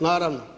Naravno.